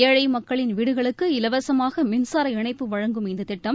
எழை மக்களின் வீடுகளுக்கு இலவசமாக மின்சார இணைப்பு வழங்கும் இந்த திட்டம்